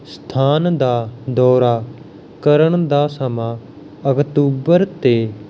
ਸਥਾਨ ਦਾ ਦੌਰਾ ਕਰਨ ਦਾ ਸਮਾਂ ਅਕਤੂਬਰ ਅਤੇ